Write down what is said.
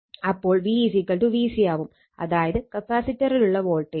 അപ്പോൾ V VC ആവും അതായത് കപ്പാസിറ്ററിലുള്ള വോൾട്ടേജ്